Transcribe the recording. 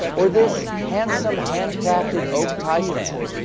or this handsome hand crafted oak tie stand.